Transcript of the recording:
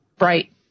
Right